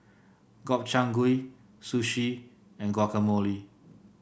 Gobchang Gui Sushi and Guacamole